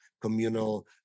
communal